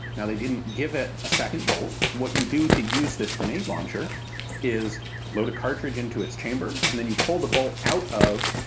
now they didn't give it a second bolt, what you do to use this grenade launcher is load a cartridge into its chamber, and then you pull the bolt out of